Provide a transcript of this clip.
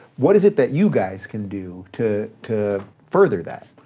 what is it that you guys can do to to further that,